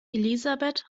elisabeth